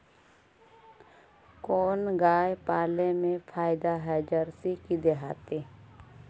कोन गाय पाले मे फायदा है जरसी कि देहाती?